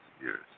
years